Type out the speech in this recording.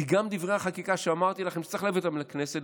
כי גם דברי החקיקה שאמרתי לכם שצריך להביא אותם לכנסת,